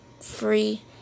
free